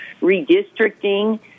redistricting